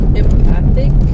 empathic